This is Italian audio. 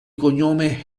cognome